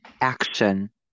action